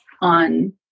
on